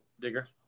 Digger